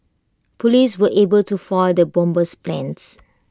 Police were able to foil the bomber's plans